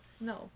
No